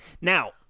Now